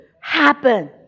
happen